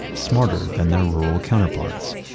smarter than their rural counterparts.